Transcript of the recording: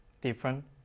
different